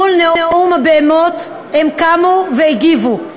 מול "נאום הבהמות" הם קמו והגיבו,